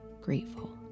grateful